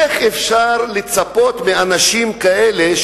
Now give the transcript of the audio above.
איך אפשר לצפות מאנשים כאלה,